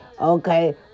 okay